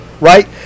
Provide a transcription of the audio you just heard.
right